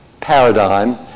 paradigm